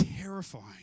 terrifying